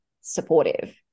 supportive